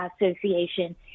Association